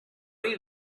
you